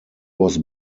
was